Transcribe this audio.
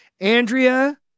Andrea